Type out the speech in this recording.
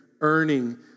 earning